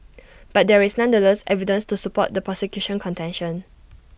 but there is nonetheless evidence to support the prosecution's contention